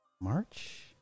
March